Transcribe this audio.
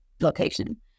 location